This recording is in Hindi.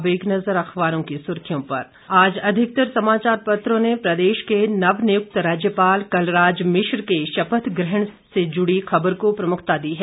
अब एक नजर अखबारों की सुर्खियों पर आज अधिकतर समाचार पत्रों ने प्रदेश के नवनियुक्त राज्यपाल कलराज मिश्र के शपथ ग्रहण से जुड़ी खबर को प्रमुखता दी है